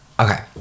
Okay